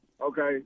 Okay